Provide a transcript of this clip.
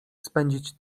spędzić